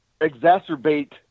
exacerbate